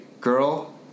girl